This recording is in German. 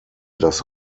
das